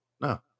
No